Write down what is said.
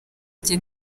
jye